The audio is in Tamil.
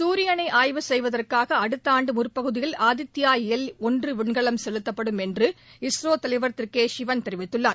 சூரியனை ஆய்வு செய்வதற்காக அடுத்த ஆண்டு முற்பகுதியில் ஆதித்யா எல் ஒன்று விண்கலம் செலுத்தப்படும் என்று இஸ்ரோ தலைவர் திரு கே சிவன் தெரிவித்துள்ளார்